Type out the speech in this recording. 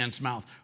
mouth